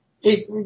Hey